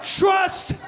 trust